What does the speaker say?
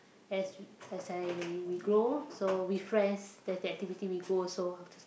as as I we grow so with friends that's the activity we go also after s~